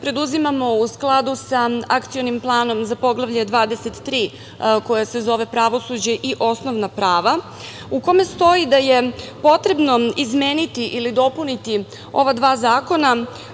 preduzimamo u skladu sa akcionim planom za Poglavlje 23, koje se zove – Pravosuđe i osnovna prava, u kome stoji da je potrebno izmeniti ili dopuniti ova dva zakona,